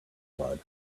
blood